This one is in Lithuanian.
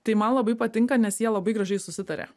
tai man labai patinka nes jie labai gražiai susitarė